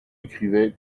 écrivait